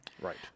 Right